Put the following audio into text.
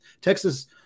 texas